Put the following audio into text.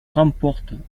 remporte